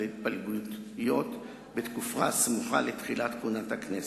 התפלגויות בתקופה הסמוכה לתחילת כהונת הכנסת.